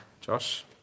Josh